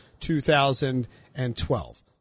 2012